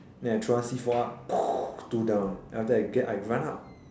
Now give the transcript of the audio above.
then I throw one C four up two down then after that I get up I run up